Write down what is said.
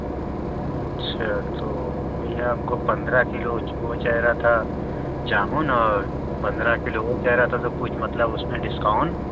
अच्छा तो भैया हमको पन्द्रह किलो वह वह चेय रहा था जामुन और पन्द्रह किलो वह चाह रहा था सब कुछ मतलब उसमें डिस्काउंट